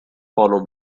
follow